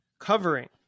covering